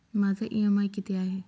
माझा इ.एम.आय किती आहे?